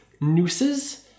nooses